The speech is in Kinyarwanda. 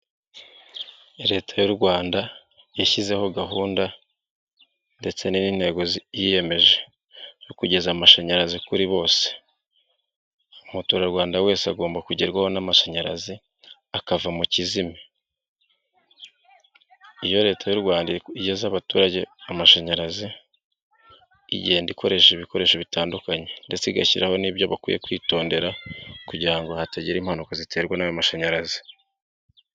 Leta y'u Rwanda yashyize gahunda ndetse nintego yiyemeje kugeza amashanyarazi ku muturage wese a kugerwaho'amashanyarazi. Akava leta amashanyarazi igenda i ibikoresho bitandukanye igasaba kwitondera impanuka ziterwa n'amashanyarazi.